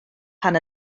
pan